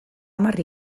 hamar